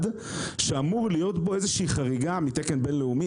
שאמורה להיות בו איזושהי חריגה מתקן בינלאומי.